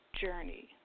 journey